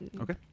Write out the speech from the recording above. Okay